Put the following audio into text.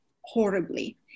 horribly